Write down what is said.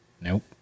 Nope